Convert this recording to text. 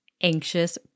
anxious